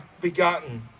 begotten